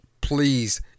please